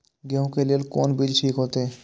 गेहूं के लेल कोन बीज ठीक होते?